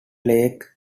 lake